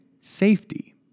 safety